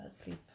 asleep